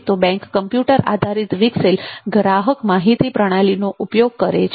તો bank computer આધારિત વિકસેલ ગ્રાહક માહિતી પ્રણાલીનો ઉપયોગ કરે છે